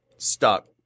Stuck